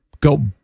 go